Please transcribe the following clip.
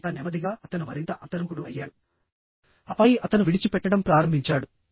ఇంకా నెమ్మదిగా అతను మరింత అంతర్ముఖుడు అయ్యాడు ఆపై అతను విడిచిపెట్టడం ప్రారంభించాడు